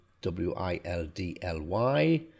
w-i-l-d-l-y